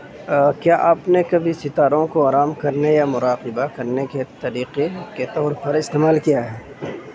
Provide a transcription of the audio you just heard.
کیا آپ نے کبھی ستاروں کو آرام کرنے یا مراقبہ کرنے کے طریقے کے طور پر استعمال کیا ہے